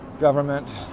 government